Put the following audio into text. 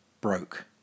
broke